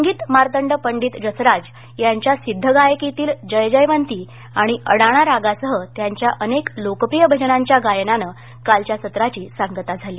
संगीत मार्तंड पंडित जसराज यांच्या सिध्दगायकीतील जयजयवंती आणि अडाणा रागासह त्यांच्या अनेक लोकप्रिय भजनांच्या गायनाने कालच्या सत्राची सांगता झाली